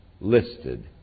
listed